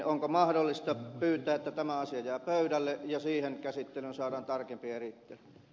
onko mahdollista pyytää että tämä asia jää pöydälle ja siihen käsittelyyn saadaan tarkempi erittely